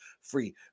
free